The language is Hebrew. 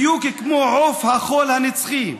בדיוק כמו עוף החול הנצחי,